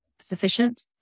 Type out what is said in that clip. Sufficient